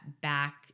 back